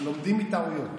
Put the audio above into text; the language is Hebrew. אנחנו לומדים מטעויות.